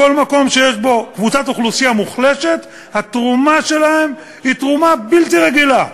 בכל מקום שיש בו קבוצת אוכלוסייה מוחלשת היא תרומה בלתי רגילה,